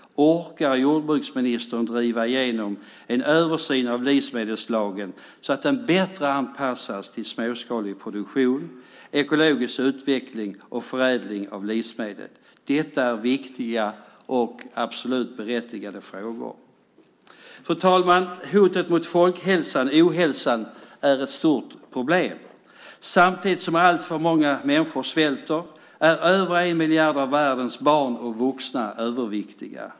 Orkar jordbruksministern driva igenom en översyn av livsmedelslagen så att den bättre anpassas till småskalig produktion, ekologisk utveckling och förädling av livsmedel? Detta är viktiga och absolut berättigade frågor. Fru talman! Hotet mot folkhälsan, ohälsan, är ett stort problem. Samtidigt som alltför många människor svälter är över en miljard av världens barn och vuxna överviktiga.